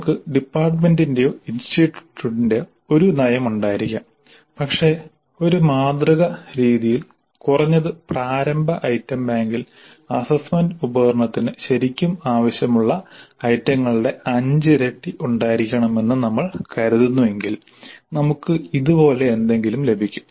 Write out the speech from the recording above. നമുക്ക് ഡിപ്പാർട്ട്മെന്റിന്റെയോ ഇൻസ്റ്റിറ്റ്യൂട്ടിന്റെയോ ഒരു നയമുണ്ടായിരിക്കാം പക്ഷേ ഒരു മാതൃക രീതിയിൽ കുറഞ്ഞത് പ്രാരംഭ ഐറ്റം ബാങ്കിൽ അസ്സസ്സ്മെന്റ് ഉപകരണത്തിന് ശരിക്കും ആവശ്യമുള്ള ഐറ്റങ്ങളുടെ അഞ്ചിരട്ടി ഉണ്ടായിരിക്കണമെന്ന് നമ്മൾ കരുതുന്നുവെങ്കിൽ നമുക്ക് ഇതുപോലെ എന്തെങ്കിലും ലഭിക്കും